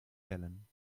wellen